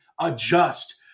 adjust